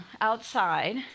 outside